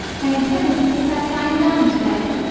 i intended to take that sign down today.